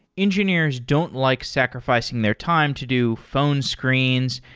engineers don't like sacrifi cing their time to do phone screens,